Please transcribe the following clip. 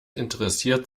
interessiert